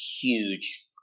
huge